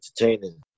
entertaining